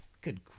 good